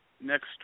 Next